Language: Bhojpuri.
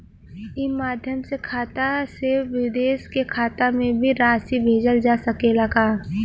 ई माध्यम से खाता से विदेश के खाता में भी राशि भेजल जा सकेला का?